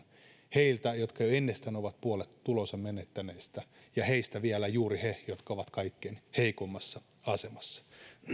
heiltä jotka jo ennestään ovat puolet tuloistaan menettäneet ja heistä vielä juuri heiltä jotka ovat kaikkein heikoimmassa asemassa